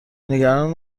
نگران